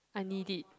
I need it